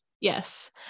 Yes